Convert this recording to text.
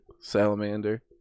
Salamander